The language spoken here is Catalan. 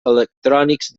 electrònics